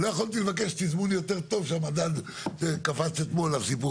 לא יכולתי לבקש תזמון יותר טוב שהמדד קפץ אתמול לסיפור